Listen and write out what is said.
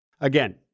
Again